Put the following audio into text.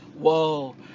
Whoa